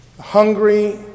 hungry